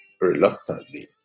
reluctantly